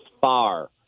far